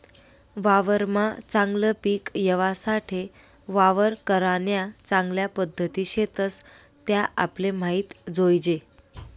वावरमा चागलं पिक येवासाठे वावर करान्या चांगल्या पध्दती शेतस त्या आपले माहित जोयजे